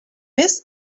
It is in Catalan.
més